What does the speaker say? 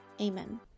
Amen